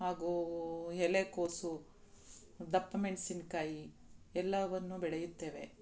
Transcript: ಹಾಗೂ ಎಲೆಕೋಸು ದಪ್ಪ ಮೆಣಸಿನ್ಕಾಯಿ ಎಲ್ಲವನ್ನು ಬೆಳೆಯುತ್ತೇವೆ